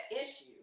issue